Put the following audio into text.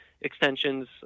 extensions